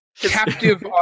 Captive